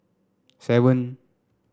seven